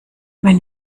wenn